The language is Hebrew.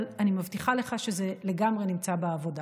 אבל אני מבטיחה לך שזה לגמרי נמצא בעבודה.